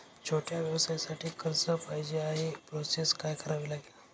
छोट्या व्यवसायासाठी कर्ज पाहिजे आहे प्रोसेस काय करावी लागेल?